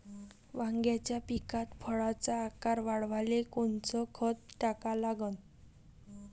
वांग्याच्या पिकात फळाचा आकार वाढवाले कोनचं खत टाका लागन?